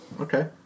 Okay